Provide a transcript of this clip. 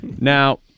Now